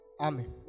Amen